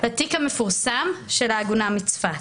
לתיק המפורסם של העגונה מצפת.